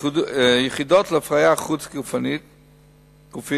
יחידות להפריה חוץ-גופית,